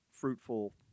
fruitful